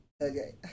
Okay